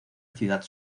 ciudad